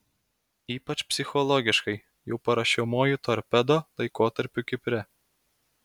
ypač psichologiškai jau paruošiamuoju torpedo laikotarpiu kipre